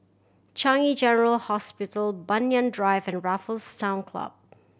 Changi General Hospital Banyan Drive and Raffles Town Club